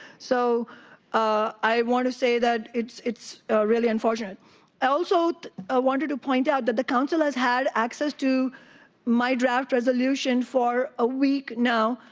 so ah i want to say, it's it's really unfortunate. i also ah wanted to point out that the council has had access to my draft resolution for a week now,